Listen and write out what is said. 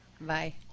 Bye